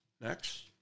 Next